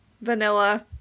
vanilla